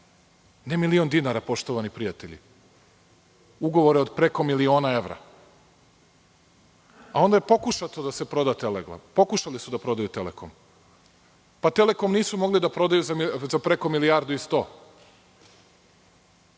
Ne milion dinara poštovani prijatelji, ugovora od preko milion evra, a onda je pokušao da se proda Telekom, pokušali su da prodaju Telekom, pa Telekom nisu mogli da prodaju za preko milijardu i 100.